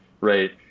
right